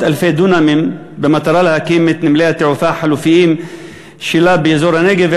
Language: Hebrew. אלפי דונמים במטרה להקים את נמלי התעופה החלופיים שלה באזור הנגב.